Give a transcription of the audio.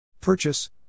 Purchase